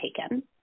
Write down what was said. taken